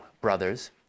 brothers